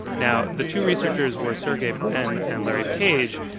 now, the two researchers were sergey brin and larry page,